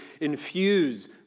infuse